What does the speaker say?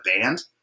band